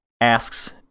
asks